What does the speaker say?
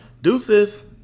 Deuces